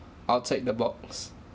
outside the box